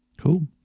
Cool